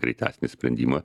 greitesnį sprendimą